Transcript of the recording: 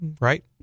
right